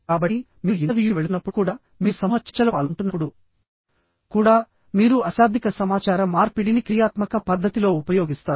కాబట్టి మీరు ఇంటర్వ్యూకి వెళుతున్నప్పుడు కూడా మీరు సమూహ చర్చలో పాల్గొంటున్నప్పుడు కూడామీరు అశాబ్దిక సమాచార మార్పిడిని క్రియాత్మక పద్ధతిలో ఉపయోగిస్తారు